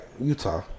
Utah